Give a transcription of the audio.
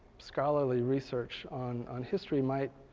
scholarly research on on history might